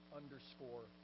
underscore